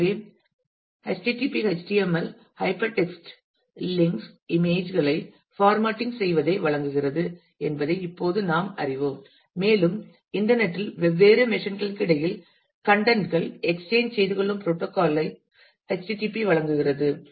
எனவே http HTML hypertext links image களை formatting செய்வதை வழங்குகிறது என்பதை நாம் இப்போது அறிவோம் மேலும் இன்டர்நெட் இல் வெவ்வேறு மெஷின் களுக்கு இடையில் கன்டென்ட் கள் எக்ஸ்சேஞ்ச் செய்துகொள்ளும் புரோட்டோகால் ஐ http வழங்குகிறது